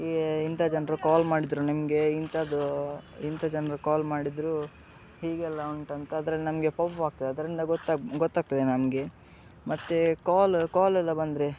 ಈ ಇಂಥ ಜನರು ಕಾಲ್ ಮಾಡಿದರು ನಿಮಗೆ ಇಂಥದ್ದು ಇಂಥ ಜನರು ಕಾಲ್ ಮಾಡಿದರು ಹೀಗೆಲ್ಲ ಉಂಟಂತ ಅದ್ರಲ್ಲಿ ನಮಗೆ ಪಾಪ್ ಅಪ್ ಆಗ್ತದೆ ಅದರಿಂದ ಗೊತ್ತಾಗ್ತದೆ ನಮಗೆ ಮತ್ತೆ ಕಾಲ್ ಕಾಲ್ ಎಲ್ಲಾ ಬಂದರೆ